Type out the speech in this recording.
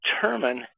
determine